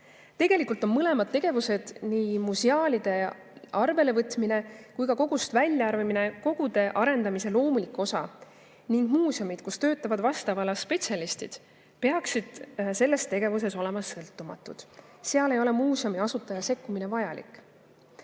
Tegelikult on mõlemad tegevused, nii museaalide arvelevõtmine kui ka kogust väljaarvamine, kogude arendamise loomulik osa ning muuseumid, kus töötavad vastava ala spetsialistid, peaksid selles tegevuses olema sõltumatud. Seal ei ole muuseumi asutaja sekkumine vajalik.